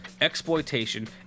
exploitation